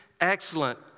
excellent